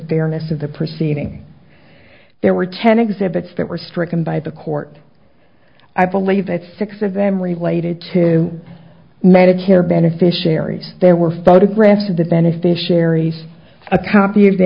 fairness of the proceeding there were ten exhibits that were stricken by the court i believe that six of them related to medicare beneficiaries there were photographs of the beneficiaries a copy of the